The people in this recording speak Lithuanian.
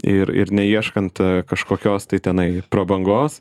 ir ir neieškant kažkokios tai tenai prabangos